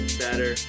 better